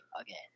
again